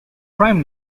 prime